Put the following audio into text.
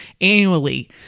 annually